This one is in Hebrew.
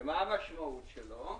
שמה המשמעות שלו?